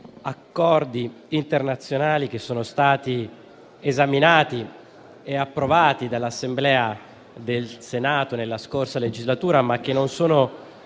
accordi internazionali che sono stati esaminati e approvati dall'Assemblea del Senato nella scorsa legislatura, ma che non sono